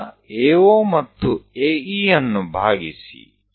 ಈಗ AO ಮತ್ತು AE ಅನ್ನು ಭಾಗಿಸಿ